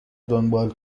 دنبال